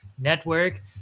network